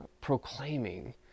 proclaiming